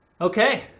Okay